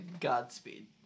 Godspeed